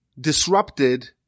disrupted